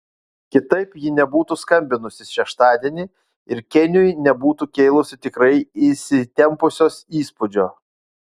kitaip ji nebūtų skambinusi šeštadienį ir kėniui nebūtų kėlusi tikrai įsitempusios įspūdžio